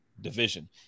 division